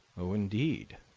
oh, indeed!